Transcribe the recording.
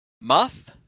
Muff